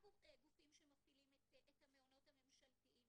גופים שמפעילים את המעונות הממשלתיים